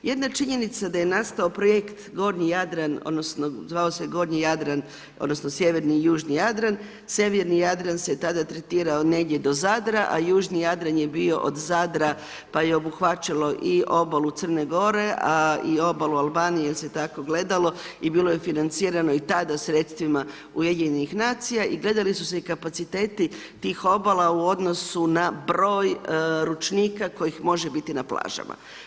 Jedna činjenica da je nastao projekt gornji Jadran, odnosno, zvao se gornji Jadran, odnosno, sjeverni i južni Jadran, sjeverni Jadran se tada tretirao negdje do Zadra, a južni Jadran je bio od Zadra, pa je obuhvaćalo i obalu Crne Gore, a i obalu Albanije se tako gledali i bilo je financiranje i tada sredstvima ujedinjenih nacija i predali su se i kapaciteti tih obala u odnosu na broj ručnika, kojih može biti na plažama.